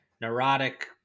neurotic